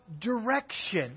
direction